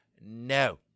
No